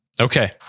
Okay